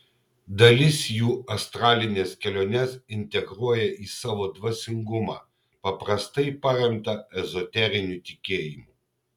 dalis jų astralines keliones integruoja į savo dvasingumą paprastai paremtą ezoteriniu tikėjimu